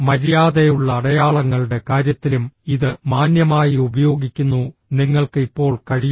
മര്യാദയുള്ള അടയാളങ്ങളുടെ കാര്യത്തിലും ഇത് മാന്യമായി ഉപയോഗിക്കുന്നു നിങ്ങൾക്ക് ഇപ്പോൾ കഴിയുമോ